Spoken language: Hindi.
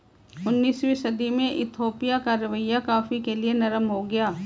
उन्नीसवीं सदी में इथोपिया का रवैया कॉफ़ी के लिए नरम हो गया